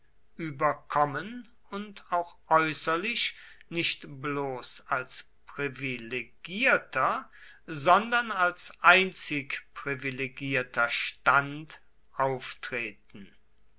überkommen und auch äußerlich nicht bloß als privilegierter sondern als einzig privilegierter stand auftreten